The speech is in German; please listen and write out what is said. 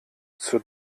zur